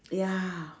ya